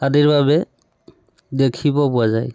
আদিৰ বাবে দেখিব পোৱা যায়